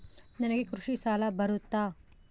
ನನಗೆ ಕೃಷಿ ಸಾಲ ಬರುತ್ತಾ?